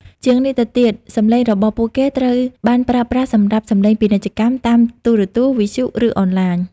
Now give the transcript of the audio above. ជាងនេះទៅទៀត សំឡេងរបស់ពួកគេត្រូវបានប្រើប្រាស់សម្រាប់ សំឡេងពាណិជ្ជកម្ម តាមទូរទស្សន៍ វិទ្យុ ឬអនឡាញ។